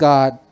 God